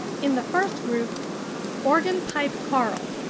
in the first group organ-pipe coral,